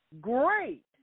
great